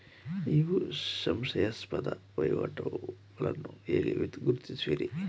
ನೀವು ಸಂಶಯಾಸ್ಪದ ವಹಿವಾಟುಗಳನ್ನು ಹೇಗೆ ಗುರುತಿಸುವಿರಿ?